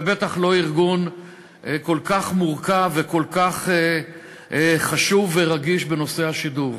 ובטח לא ארגון כל כך מורכב וכל כך חשוב ורגיש בנושא השידור.